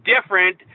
different